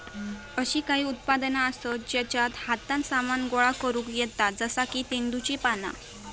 अशी काही उत्पादना आसत जेच्यात हातान सामान गोळा करुक येता जसा की तेंदुची पाना